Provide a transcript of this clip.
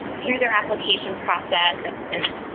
um through their application process and